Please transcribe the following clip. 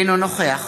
אינו נוכח